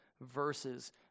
verses